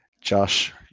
josh